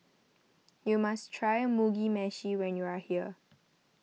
you must try Mugi Meshi when you are here